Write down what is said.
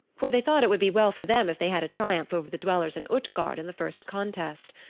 for they thought it would be well for them if they had a triumph over the dwellers in utgard in the first contest.